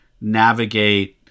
navigate